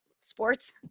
sports